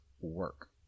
work